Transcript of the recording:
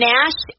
Nash